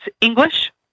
English